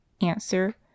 Answer